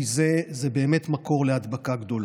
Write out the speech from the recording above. כי זה באמת מקור להדבקה גדולה.